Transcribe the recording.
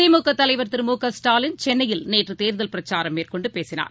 திமுகதலைவர் திரு மு க ஸ்டாலின் சென்னையில் நேற்றுதேர்தல் பிரச்சாரம் மேற்கொண்டுபேசினார்